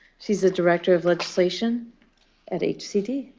she's the director of legislation at hcd.